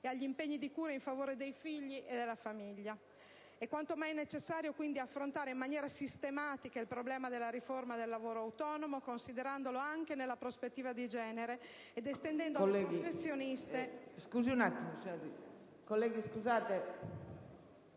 e agli impegni di cura in favore dei figli e della famiglia. È quanto mai necessario, quindi, affrontare in maniera sistematica il problema della riforma del lavoro autonomo, considerandolo anche nella prospettiva di genere ed estendendo alle professioniste